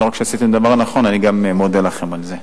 לא רק שעשיתם דבר נכון, אני גם מודה לכם על זה.